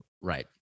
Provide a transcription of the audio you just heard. Right